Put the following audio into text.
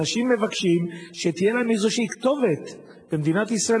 אנשים מבקשים שתהיה להם איזושהי כתובת במדינת ישראל,